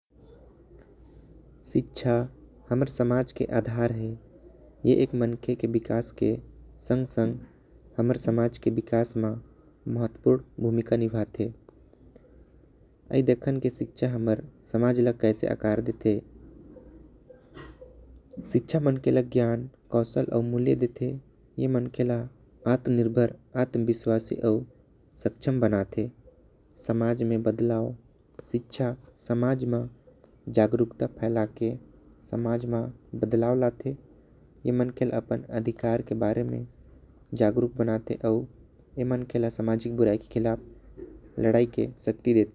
शिक्षा हमर समाज के आधार है। ए एक मंखे के विकास के संग संग हमर समाज के विकास। म महत्वपूर्ण भूमिका निभाते आई देखना की शिक्षा हमर समाज ल। कैसे आकर देते शिक्षा मन के ल ज्ञान कौशल आऊ मूल्य देते। ए मंखले ल आत्मा निर्भर आत्मा कौशल सकचम बनाते आऊ। समाज में बदलाव शिक्षा के जागरूकता फैला के समाज में बदलाव लाते। एमन के ल अपन अधिकार के बारे में जागरूक बनते आऊ। एमन के ल सामाजिक बुराई के खिलाफ लड़ाई के सकती देते।